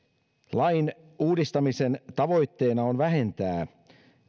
lain uudistamisen tavoitteena on vähentää